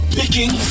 picking